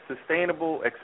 sustainable